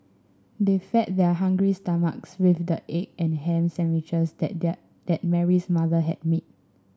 they fed their hungry stomachs with the egg and ham sandwiches that their that Mary's mother had made